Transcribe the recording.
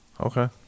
Okay